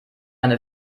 eine